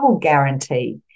guarantee